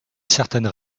certaines